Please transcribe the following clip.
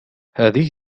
هذه